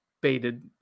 baited